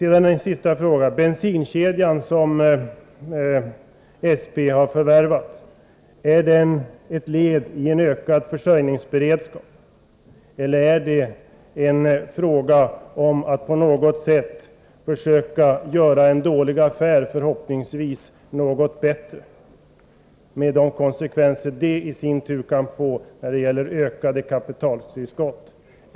En sista fråga: Är bensinkedjan som SP har förvärvat ett led i en ökad försörjningsberedskap, eller är det fråga om ett försök att göra en dålig affär förhoppningsvis något bättre, med de konsekvenser det i sin tur kan få när det gäller ökade kapitaltillskott?